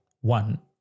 one